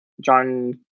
John